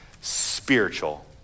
spiritual